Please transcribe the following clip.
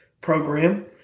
program